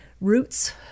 roots